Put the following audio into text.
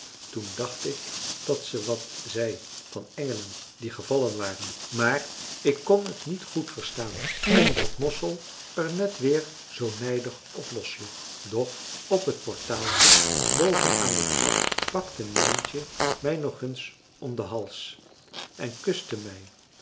toen dacht ik dat ze wat zei van engelen die gevallen waren maar ik kon het niet goed verstaan omdat mossel er net weer zoo nijdig op lossloeg doch op het portaaltje boven aan de trap pakte mijntje mij nog eens om den hals en kuste mij